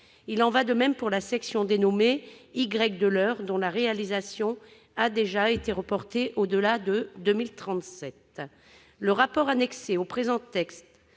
Il en va de même pour la section dénommée « Y de l'Eure », dont la réalisation a déjà été reportée au-delà de 2037. Le rapport annexé au présent texte